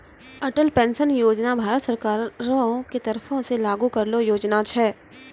Atal pension Yojana Bharat सरकारो के तरफो से लागू करलो योजना छै